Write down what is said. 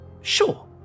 Sure